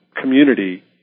community